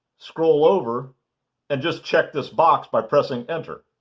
scroll over and just check this box by pressing enter.